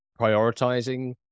prioritizing